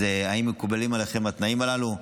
אז האם מקובלים עליכם התנאים הללו?